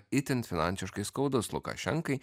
itin finansiškai skaudus lukašenkai